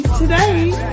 today